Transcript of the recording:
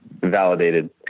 validated